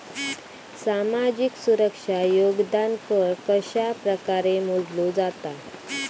सामाजिक सुरक्षा योगदान कर कशाप्रकारे मोजलो जाता